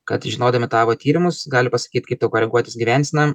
kad žinodami tavo tyrimus gali pasakyt kaip tau koreguotis gyvenseną